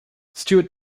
stewart